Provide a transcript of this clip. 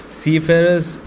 seafarers